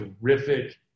terrific